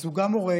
אז הוא גם הורג,